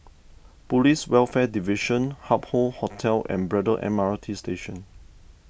Police Welfare Division Hup Hoe Hotel and Braddell M R T Station